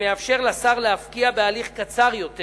שמאפשר לשר להפקיע בהליך קצר יותר,